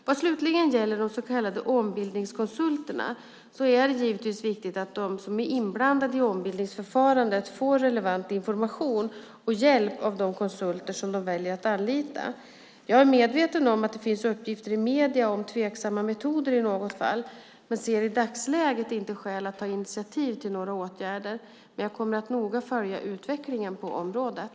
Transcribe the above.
Vad slutligen gäller de så kallade ombildningskonsulterna är det givetvis viktigt att de som är inblandade i ombildningsförfarandet får relevant information och hjälp av de konsulter som de väljer att anlita. Jag är medveten om att det finns uppgifter i medierna om tveksamma metoder i något fall men ser i dagsläget inte skäl att ta initiativ till några åtgärder. Men jag kommer att noga följa utvecklingen på området.